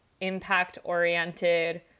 impact-oriented